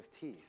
teeth